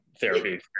therapy